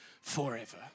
forever